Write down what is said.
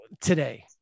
today